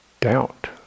doubt